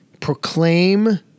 proclaim